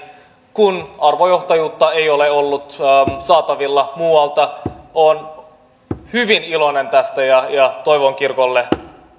kun arvojohtajuutta ei ole ollut saatavilla muualta olen hyvin iloinen tästä ja ja toivon kirkolle